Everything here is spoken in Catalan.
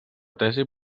tesi